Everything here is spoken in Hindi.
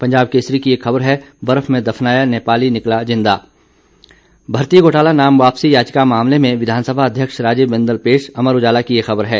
पंजाब केसरी की एक खबर है बर्फ में दफनाया नेपाली निकला जिंदा भर्ती घोटाला नाम वापसी याचिका मामले में विधानसभा अध्यक्ष राजीव बिंदल पेश अमर उजाला की एक खबर है